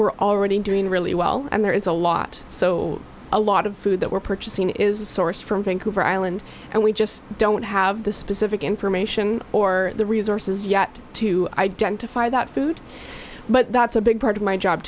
we're already doing really well and there is a lot so a lot of food that were purchasing is sourced from vancouver island and we just don't have the specific information or the resources yet to identify that food but that's a big part of my job